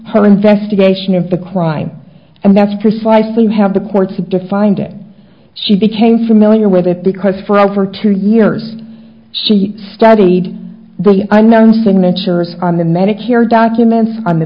own investigation of the crime and that's precisely how the courts have defined it she became familiar with it because for over two years she studied the unknown signature on the medicare documents on the